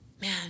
man